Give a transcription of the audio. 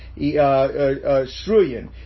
Shruyan